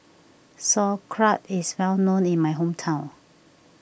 Sauerkraut is well known in my hometown